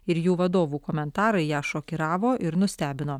ir jų vadovų komentarai ją šokiravo ir nustebino